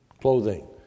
clothing